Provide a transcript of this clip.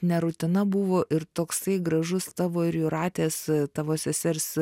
ne rutina buvo ir toksai gražus tavo ir jūratės tavo sesers